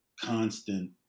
constant